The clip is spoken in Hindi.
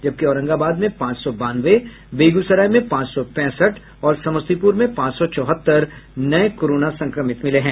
जबकि औरंगाबाद में पांच सौ बानवे बेगूसराय में पांच सौ पैंसठ और समस्तीपुर में पांच सौ चौहत्तर नए कोरोना संक्रमित मिले हैं